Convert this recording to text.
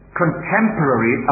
contemporary